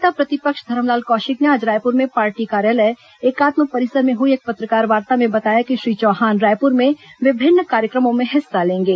नेता प्रतिपक्ष धरमलाल कौशिक ने आज रायपुर में पार्टी कार्यालय एकात्म परिसर में हुई एक पत्रकारवार्ता में बताया कि श्री चौहान रायपुर में विभिन्न कार्यक्रमों में हिस्सा लेंगे